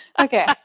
Okay